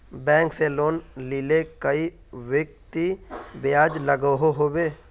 Bank से loan लिले कई व्यक्ति ब्याज लागोहो होबे?